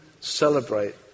celebrate